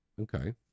Okay